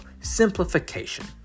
Simplification